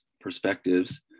perspectives